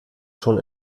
schon